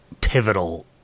pivotal